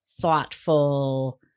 thoughtful